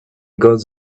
got